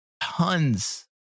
Tons